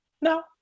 No